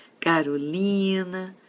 Carolina